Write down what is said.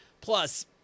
Plus